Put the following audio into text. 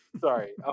Sorry